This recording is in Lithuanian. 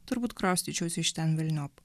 turbūt kraustyčiausi iš ten velniop